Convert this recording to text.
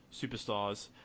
superstars